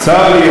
צר לי,